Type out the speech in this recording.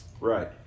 Right